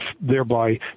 thereby